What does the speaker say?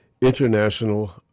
International